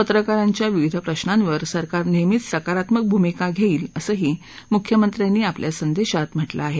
पत्रकारांच्या विविध प्रश्रांवर सरकार नेहमीच सकारात्मक भूमिका घेईल असंही मुख्यमंत्र्यांनी आपल्या संदेशात म्हटलं आहे